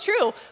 true